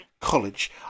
College